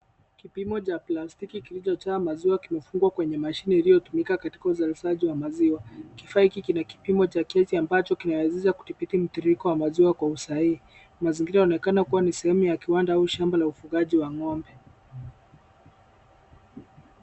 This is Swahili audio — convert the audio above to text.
Kilimo cha plastiki kilichojaa maziwa kimefungwa kwenye mashine iliyotumika katika uzalishaji wa maziwa. Kifaa hiki kina kipimo cha kiasi ambacho kinaweza dhibiti mtiririko wa maziwa kwa usahihi. Mazingira yanaonekana kuwa ni sehemu ya kiwanda au shamba la ufalugaji wa ng'ombe.